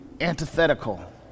antithetical